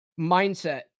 mindset